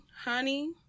honey